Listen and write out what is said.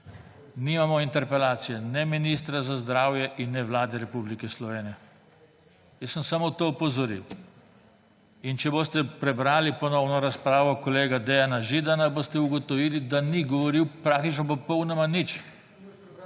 Nimamo interpelacije ne ministra za zdravje in ne Vlade Republike Slovenije. Jaz sem samo to opozoril. In če boste prebrali ponovno razpravo kolega Dejana Židana, boste ugotovili, da ni govoril praktično popolnoma nič,